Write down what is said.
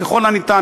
ככל הניתן,